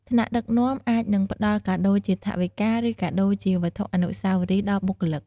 ថ្នាក់ដឹកនាំអាចនឹងផ្តល់ កាដូរជាថវិកា ឬ កាដូរជាវត្ថុអនុស្សាវរីយ៍ ដល់បុគ្គលិក។